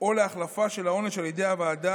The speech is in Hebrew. או להחלפה של העונש על ידי הוועדה